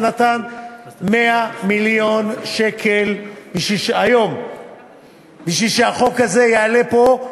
שנתן 100 מיליון שקל היום כדי שהחוק הזה יעלה פה,